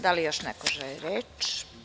Da li još neko želi reč?